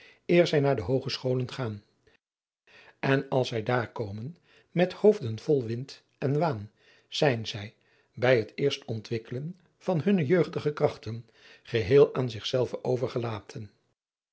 eer zij naar de oogescholen gaan en als zij daar komen met hoofden vol wind en waan zijn zij bij het eerst ontwikkelen van hunne jeugdige krachten geheel aan zich zelve overgelaten